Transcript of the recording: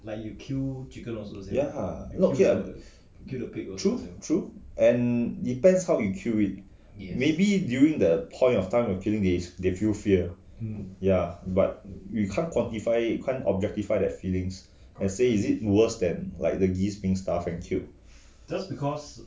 ya not yet true true and depends how you kill it maybe during the point of time of killing it they feel fear ya but we can't quantify it we can't objectify their feeling let's say is it towards them being stuffed and killed